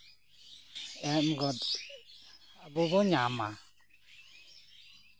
ᱮᱢ ᱜᱚᱫ ᱟᱵᱚ ᱵᱚ ᱧᱟᱢᱟ